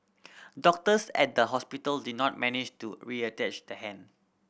doctors at the hospital did not manage to reattach the hand